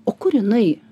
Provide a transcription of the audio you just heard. o kur jinai